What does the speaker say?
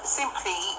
simply